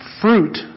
fruit